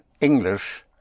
English